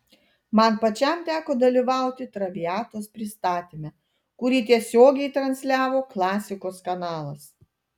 man pačiam teko dalyvauti traviatos pastatyme kurį tiesiogiai transliavo klasikos kanalas